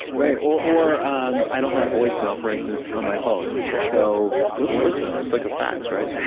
right. or or um i don't have voicemail, for instance, on my phone so what's voicemail? it's like a fax, right?